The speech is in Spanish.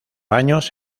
años